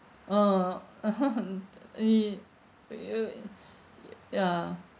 a'ah mm uh ya ya